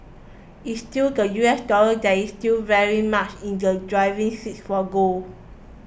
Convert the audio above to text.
it's still the U S dollar that is still very much in the driving seats for gold